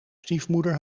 stiefmoeder